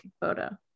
photo